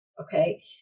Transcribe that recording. okay